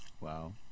Wow